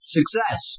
Success